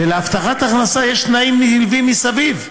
ולהבטחת הכנסה יש תנאים נלווים מסביב.